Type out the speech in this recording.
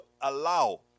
allow